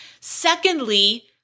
Secondly